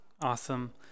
awesome